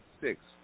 six